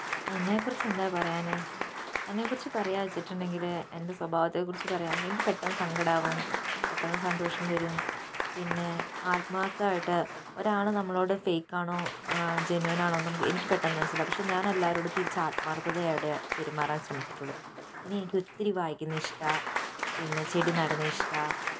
എന്നെക്കുറിച്ച് എന്താ പറയാനാ എന്നെക്കുറിച്ച് പറയാ വെച്ചിട്ടുണ്ടെങ്കില് എൻ്റെ സ്വഭാവത്തെക്കുറിച്ച് പറയാം എനിക്ക് പെട്ടന്ന് സങ്കടം ആവും പെട്ടന്ന് സന്തോഷം വരും പിന്നെ ആത്മാർത്ഥമായിട്ട് ഒരാള് നമ്മളോട് ഫേക്കാണോ ജനുവിനാണോന്ന് എനിക്ക് പെട്ടന്ന് മനസ്സിലാവും പക്ഷെ ഞാൻ എല്ലാരോടും തിരിച്ച് ആത്മാർത്ഥതയോടെ പെരുമാറാൻ ശ്രമിച്ചിട്ടുള്ളു ഇനി എനിക്ക് ഒത്തിരി വായിക്കുന്നത് ഇഷ്ടമാണ് പിന്നെ ചെടി നടുന്നത് ഇഷ്ടമാണ്